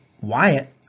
Wyatt